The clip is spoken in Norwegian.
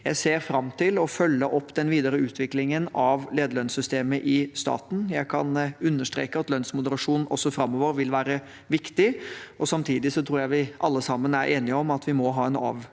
Jeg ser fram til å følge opp den videre utviklingen av lederlønnssystemet i staten. Jeg kan understreke at lønnsmoderasjon også framover vil være viktig. Samtidig tror jeg vi alle sammen er enige om at vi må ha en avlønning som